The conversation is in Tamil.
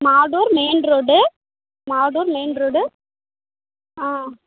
Mathur main road Mathur main road ah